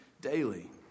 daily